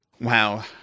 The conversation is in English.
Wow